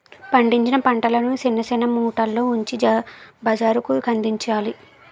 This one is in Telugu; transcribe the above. పండించిన పంటలను సిన్న సిన్న మూటల్లో ఉంచి బజారుకందించాలి